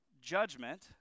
judgment